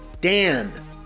Dan